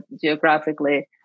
geographically